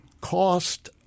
cost